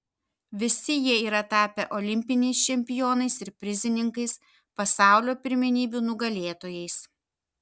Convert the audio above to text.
visi jie yra tapę olimpiniais čempionais ir prizininkais pasaulio pirmenybių nugalėtojais